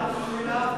שומע כל מילה,